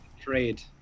Trade